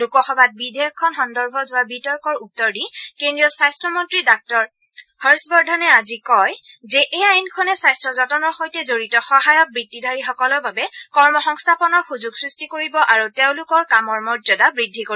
লোকসভাত বিধেয়কখন সন্দৰ্ভত হোৱা বিতৰ্কৰ উত্তৰ দি কেন্দ্ৰীয় স্বাস্থ্য মন্ত্ৰী ডাঃ হৰ্যবৰ্ধনে আজি কয় যে এই আইনখনে স্বাস্থ্য যতনৰ সৈতে জড়িত সহায়ক বৃত্তিধাৰীসকলৰ বাবে কৰ্ম সংস্থাপনৰ সুযোগ সৃষ্টি কৰিব আৰু তেওঁলোকৰ কামৰ মৰ্যাদা বৃদ্ধি কৰিব